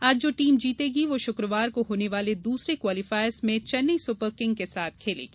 आज जो टीम जीतेगी वो शुक्रवार को होने वाले दूसरे क्वालिफायर्स में चेन्नई सुपर किंग के साथ खेलेगी